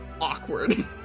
awkward